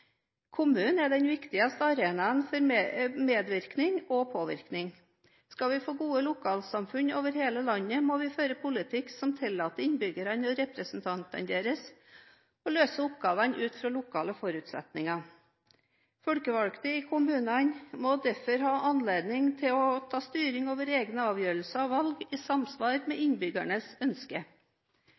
er den viktigste arenaen for medvirkning og påvirkning. Skal vi få gode lokalsamfunn over hele landet, må vi føre politikk som tillater innbyggerne og representantene deres å løse oppgavene ut fra lokale forutsetninger. Folkevalgte i kommunene må derfor ha anledning til å ta styring over egne avgjørelser og valg i samsvar med innbyggernes ønsker.